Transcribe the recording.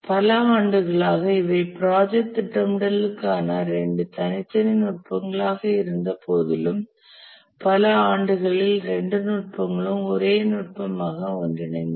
பல ஆண்டுகளாக இவை ப்ராஜெக்ட் திட்டமிடலுக்கான இரண்டு தனித்தனி நுட்பங்களாக இருந்தபோதிலும் பல ஆண்டுகளில் இரண்டு நுட்பங்களும் ஒரே நுட்பமாக ஒன்றிணைந்தன